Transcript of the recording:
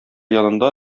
янында